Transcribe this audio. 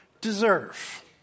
deserve